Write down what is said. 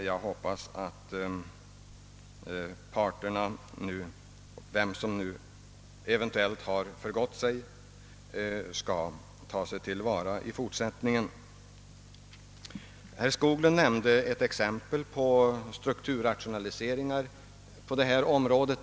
Jag hoppas att parterna nu — vem som nu eventuellt har förgått sig — skall ta sig till vara i fortsättningen. Herr Skoglund nämnde ett exempel på strukturrationalisering på det område vi diskuterar.